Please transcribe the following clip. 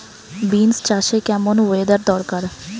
Beans চাষে কেমন weather দরকার?